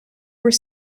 were